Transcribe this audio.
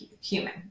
human